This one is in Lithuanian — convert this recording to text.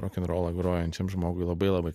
rokenrolą grojančiam žmogui labai labai